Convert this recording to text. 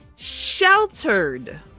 sheltered